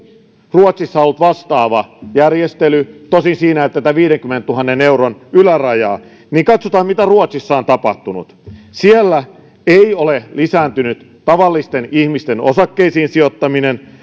ruotsissa on ollut vastaava järjestely tosin siinä ei ole tätä viidenkymmenentuhannen euron ylärajaa niin katsotaan mitä ruotsissa on tapahtunut siellä ei ole lisääntynyt tavallisten ihmisten osakkeisiin sijoittaminen